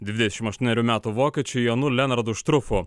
dvidešimt aštuonerių metų vokiečiu jonu lenardu štrufu